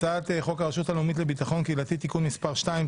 הצעת חוק הרשות הלאומית לביטחון קהילתי (תיקון מס' 2),